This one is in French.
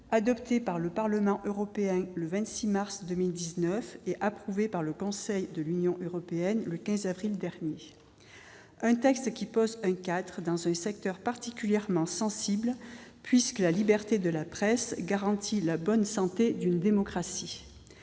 adoptée par le Parlement européen le 26 mars dernier et approuvée par le Conseil de l'Union européenne le 15 avril suivant. Il pose un cadre dans un secteur particulièrement sensible, puisque la liberté de la presse garantit la bonne santé d'une démocratie.